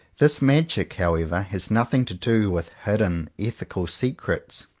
this magic, however, has nothing to do with hidden ethical secrets,